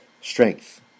strength